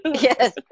yes